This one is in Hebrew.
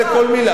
הקשבתי לכל מלה.